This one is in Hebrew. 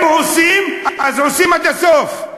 אם עושים, אז עושים עד הסוף.